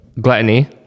Gluttony